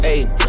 Ayy